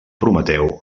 prometeu